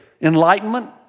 Enlightenment